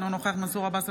אינו נוכח מנסור עבאס,